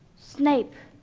snape,